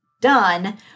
done